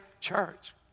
church